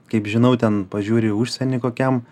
kaip žinau ten pažiūri užsienį kokiam